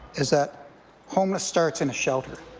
is that homeless starts in a shelter.